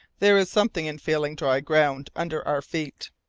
there is something in feeling dry ground under our feet.